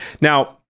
Now